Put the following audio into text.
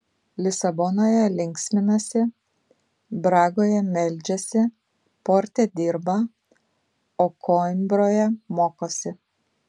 lisabonoje linksminasi bragoje meldžiasi porte dirba o koimbroje mokosi